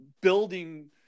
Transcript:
building –